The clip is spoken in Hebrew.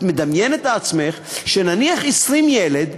את מדמיינת לעצמך נניח ש-20 ילדים,